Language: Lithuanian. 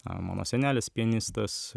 mano senelis pianistas